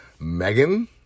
Megan